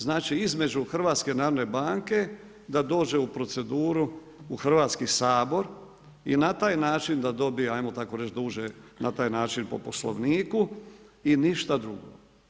Znači između HNB-a da dođe u proceduru u Hrvatski sabor i na taj način da dobije, ajmo tako reći na taj način po Poslovniku i ništa drugo.